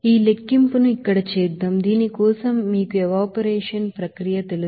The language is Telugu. ఈ లెక్కింపును ఇక్కడ చేద్దాం దీని కోసం మీకు ఎవాపరేషన్ ప్రక్రియ తెలుసు